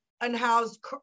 unhoused